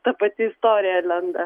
ta pati istorija lenda